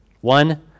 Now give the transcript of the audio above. One